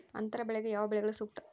ಅಂತರ ಬೆಳೆಗೆ ಯಾವ ಬೆಳೆಗಳು ಸೂಕ್ತ?